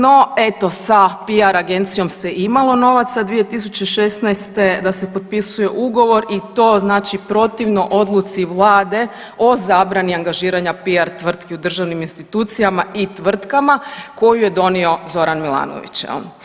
No eto sa piar agencijom se imalo novaca 2016. da se potpisuje ugovor i to znači protivno odluci vlade o zabrani angažiranja piar tvrtki u državnim institucijama i tvrtkama koju je donio Zoran Milanović jel.